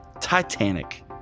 Titanic